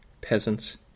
peasants